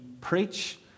preach